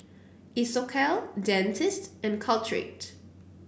Isocal Dentiste and Caltrate